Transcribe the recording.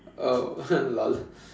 oh lol